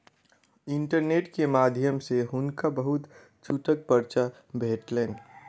internet के माध्यम सॅ हुनका बहुत छूटक पर्चा भेटलैन